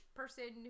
person